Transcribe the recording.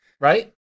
Right